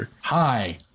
Hi